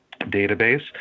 database